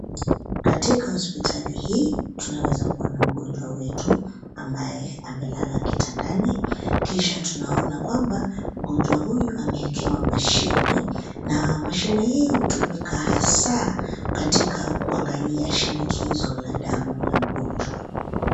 Katika hospitali hii tunaweza kuona mgonjwa wetu ambaye amelala kitandani. Kisha tunaona kwamba, mgonjwa huyu amewekewa mashini na mashini hii hutumika hasa katika kuangalia shinikizo la damu la mgonjwa.